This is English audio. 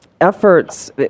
efforts